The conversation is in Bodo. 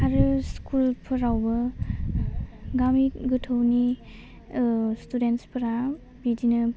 आरो स्कुलफोरावबो गामि गोथौनि ओह स्टुडेनसफ्रा बिदिनो